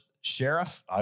Sheriff